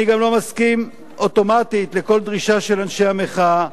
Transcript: אני גם לא מסכים אוטומטית לכל דרישה של אנשי המחאה.